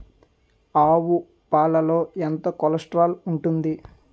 ఆవు పాలలో ఎంత కొలెస్ట్రాల్ ఉంటుంది?